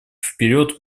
вперед